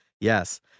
Yes